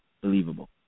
believable